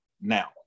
now